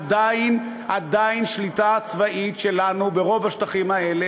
עדיין שליטה צבאית שלנו ברוב השטחים האלה,